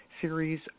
series